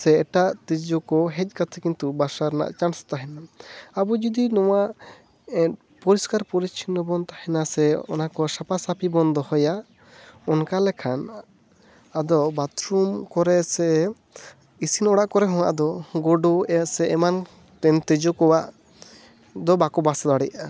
ᱥᱮ ᱮᱴᱟᱜ ᱛᱩᱡᱩ ᱠᱚ ᱦᱮᱡ ᱠᱟᱛᱮ ᱠᱤᱱᱛᱩ ᱵᱟᱥᱟ ᱨᱮᱱᱟᱜ ᱪᱟᱱᱥ ᱛᱟᱦᱮᱱᱟ ᱟᱵᱚ ᱡᱩᱫᱤ ᱱᱚᱣᱟ ᱮᱫ ᱯᱚᱨᱤᱥᱠᱟᱨ ᱯᱚᱨᱤᱪᱷᱚᱱᱱᱚ ᱵᱚᱱ ᱛᱟᱦᱮᱱᱟ ᱥᱮ ᱚᱱᱟ ᱠᱚ ᱥᱟᱯᱷᱟ ᱥᱟᱯᱷᱤ ᱵᱚᱱ ᱫᱚᱦᱚᱭᱟ ᱚᱱᱠᱟ ᱞᱮᱠᱷᱟᱱ ᱟᱫᱚ ᱵᱟᱛᱨᱩᱢ ᱠᱚᱨᱮ ᱥᱮ ᱤᱥᱤᱱ ᱚᱲᱟᱜ ᱠᱚᱨᱮ ᱦᱚᱸ ᱟᱫᱚ ᱜᱩᱰᱩ ᱮ ᱥᱮ ᱮᱢᱟᱱ ᱛᱮᱱ ᱛᱤᱡᱩ ᱠᱚᱣᱟᱜ ᱫᱚ ᱵᱟᱠᱚ ᱵᱟᱥ ᱫᱟᱲᱮᱭᱟᱜᱼᱟ